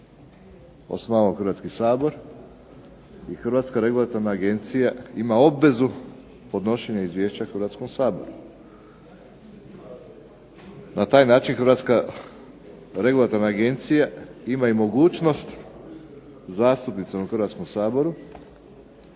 osnovao Hrvatski sabor, i Hrvatska regulatorna agencija ima obvezu podnošenja izvješća Hrvatskom saboru. Na taj način i Hrvatska regulatorna agencija ima mogućnost zastupnicima u Hrvatskom saboru